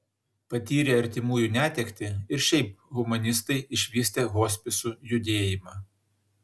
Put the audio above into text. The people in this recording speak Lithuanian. patyrę artimųjų netektį ir šiaip humanistai išvystė hospisų judėjimą